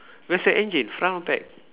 where's your engine front or back